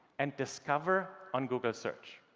and discover on google search.